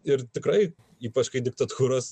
ir tikrai ypač kai diktatūros